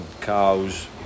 cows